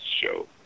show